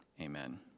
Amen